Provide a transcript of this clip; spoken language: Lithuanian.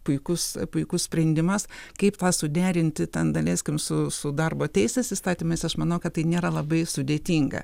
puikus puikus sprendimas kaip tą suderinti ten da leiskim su su darbo teisės įstatymais aš manau kad tai nėra labai sudėtinga